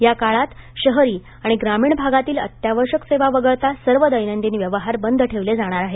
या काळात शहरी आणि ग्रामीण भागातील अत्यावश्यक सेवा वगळता सर्व दैनंदिन व्यवहार बंद ठेवले जाणार आहेत